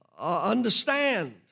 Understand